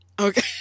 Okay